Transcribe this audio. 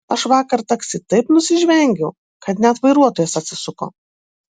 aš vakar taksi taip nusižvengiau kad net vairuotojas atsisuko